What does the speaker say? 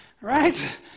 Right